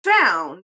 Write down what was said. found